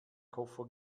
koffer